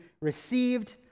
received